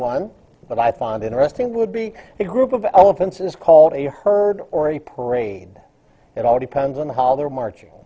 that i find interesting would be a group of elephants is called a herd or a parade it all depends on how they're marching